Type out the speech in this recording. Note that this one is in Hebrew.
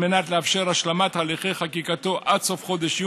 בניו יורק טיימס עצמו נאמר במאמר מערכת בשבוע שעבר: מי